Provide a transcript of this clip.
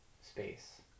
space